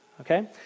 okay